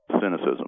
cynicism